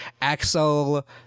Axel